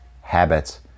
habits